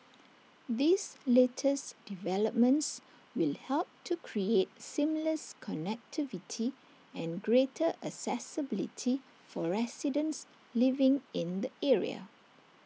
these latest developments will help to create seamless connectivity and greater accessibility for residents living in the area